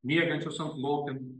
miegančios ant lokenų